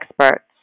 experts